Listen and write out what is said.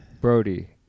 Brody